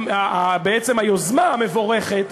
בעצם היוזמה המבורכת,